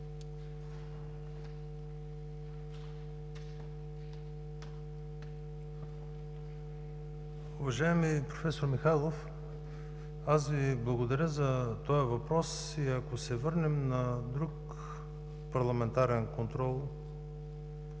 Уважаеми проф. Михайлов! Аз Ви благодаря за този въпрос и, ако се върнем на друг парламентарен контрол